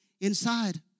inside